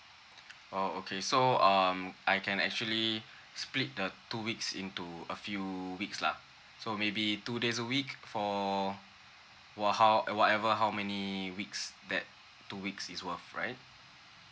orh okay so um I can actually split the two weeks into a few weeks lah so maybe two days a week for what how whatever how many weeks that two weeks is worth right